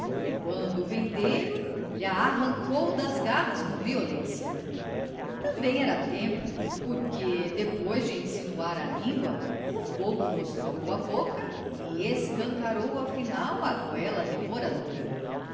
quando o vendeiro lha arrancou das garras com violência também era tempo porque depois de insinuar a língua o fogo mostrou a boca e escancarou afinal a goela devoradora